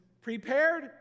prepared